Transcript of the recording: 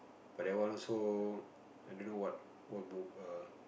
but that one also I don't know what what book err